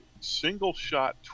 single-shot